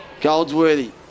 Goldsworthy